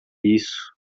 isso